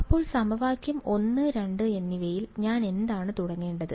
അപ്പോൾ സമവാക്യം 1 2 എന്നിവയിൽ ഞാൻ എന്താണ് തുടങ്ങേണ്ടത്